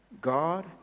God